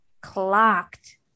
clocked